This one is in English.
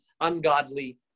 ungodly